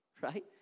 Right